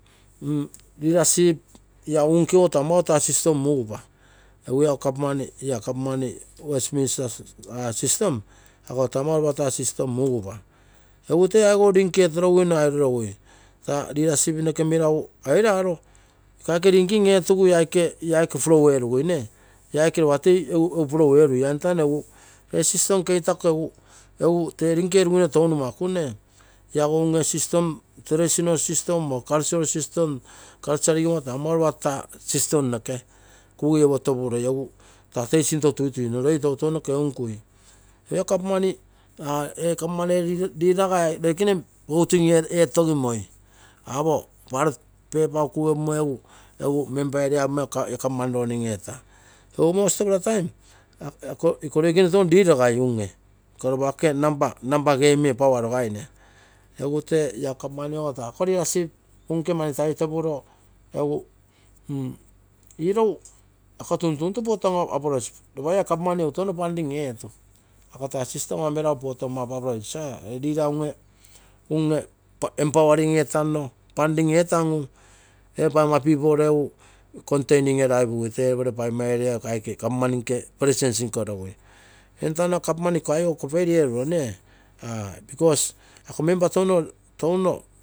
Leadership unkego taa mautaa system mugupa. Egu lago government la westmisters system mugupa egutee augou link eteroguino airo rogui: taa leadership meragu airaro la aike linking etugu flow erugui. la aike lopa toi flow erui. la entano egu ee system keitako tee link eruguino tou numatu lago unge traditional system, cultural system taa mauta system noke kuguie uotopuroi egu taa toi sinto tuituine loi tounoke ge unkui. Ee government ere leader gai loikene voting etosimoi apo ballot paper uu kuge upumo egu membergai riaipuma la government roning eeta. Egu most of the time iko loikene touno leadergai iko lopa nambai power roguine egu la government ogo taa la leadership unke taitopuro. irou ako tuntuntu lopa la government eego touno funding eetu. Ako taa system meragu ee leader unge empowering etanno funding etangu ee paigomma pipol egu containing eraipugui tegere paigomma area, government nke government iko fail eruro ako member touno leader